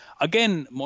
Again